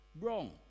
wrong